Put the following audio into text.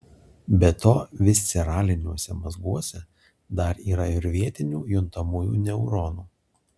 be to visceraliniuose mazguose dar yra ir vietinių juntamųjų neuronų